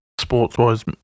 sports-wise